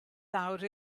lawr